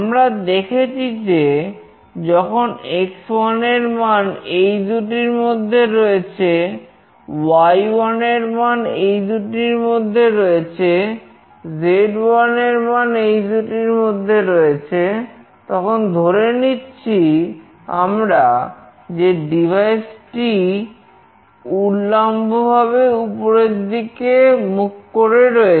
আমরা দেখেছি যে যখন x1 এর মান এই দুটির মধ্যে রয়েছেy1 এর মান এই দুটির মধ্যে রয়েছেz1 এর মান এই দুটির মধ্যে রয়েছে তখন ধরে নিচ্ছি আমরা যে ডিভাইস টি উল্লম্বভাবে উপরের দিকে মুখ করে রয়েছে